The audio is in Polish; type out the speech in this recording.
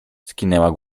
skinęła